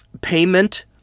payment